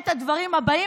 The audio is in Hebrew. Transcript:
את הדברים הבאים,